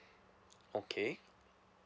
okay